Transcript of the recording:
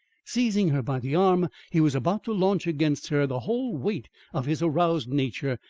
seizing her by the arm, he was about to launch against her the whole weight of his aroused nature,